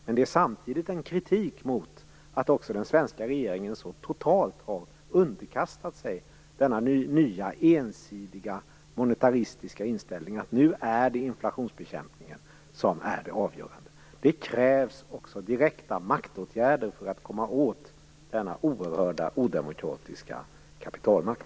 Men det är samtidigt en kritik mot att också den svenska regeringen så totalt har underkastat sig denna nya, ensidiga och monetaristiska inställning att det nu är inflationsbekämpningen som är det avgörande. Det krävs också direkta maktåtgärder för att komma åt denna oerhörda och odemokratiska kapitalmakt.